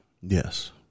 Yes